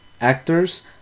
actors